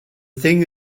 thing